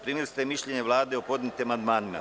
Primili ste mišljenje Vlade o podnetim amandmanima.